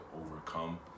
overcome